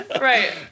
Right